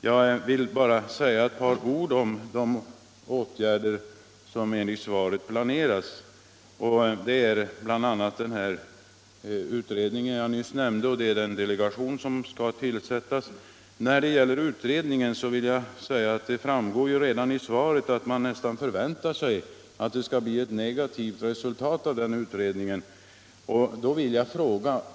Jag vill bara säga några ord om de åtgärder som enligt svaret planeras. Det gäller bl.a. den utredning jag nyss nämnde och den delegation som skall tillsättas. I fråga om utredningen framgår det ju redan i svaret att man nästan väntar sig att det skall bli ett negativt resultat av denna utredning.